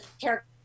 character